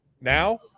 now